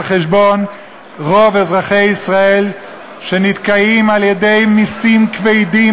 על חשבון רוב אזרחי ישראל שנתקעים על-ידי מסים כבדים,